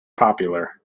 popular